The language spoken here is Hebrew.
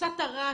כבשת הרש,